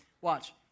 Watch